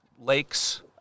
lakes